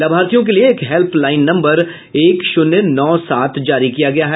लाभार्थियों के लिए एक हेल्प लाईन नम्बर एक शून्य नौ सात जारी किया गया है